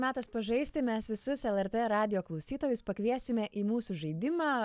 metas pažaisti mes visus lrt radijo klausytojus pakviesime į mūsų žaidimą